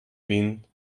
wind